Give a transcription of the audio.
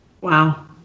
wow